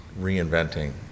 reinventing